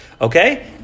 okay